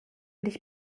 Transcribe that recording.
dich